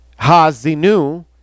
Hazinu